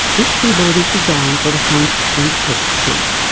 this keyboard is designed for the hunt and peck school.